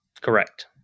Correct